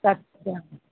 सत्यं